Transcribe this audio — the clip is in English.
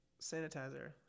sanitizer